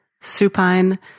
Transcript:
supine